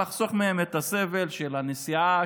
לחסוך מהם את הסבל של הנסיעה,